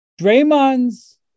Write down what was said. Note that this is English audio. Draymond's